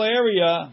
area